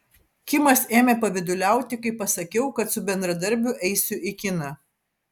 kimas ėmė pavyduliauti kai pasakiau kad su bendradarbiu eisiu į kiną